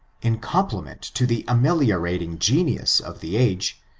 in compliment to the amelioratjiiig genius of the age,